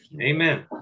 Amen